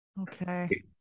Okay